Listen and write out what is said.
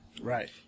Right